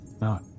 no